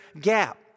gap